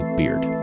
beard